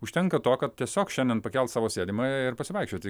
užtenka to kad tiesiog šiandien pakelt savo sėdimąją ir pasivaikščioti